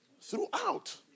Throughout